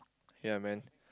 ya man